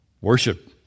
worship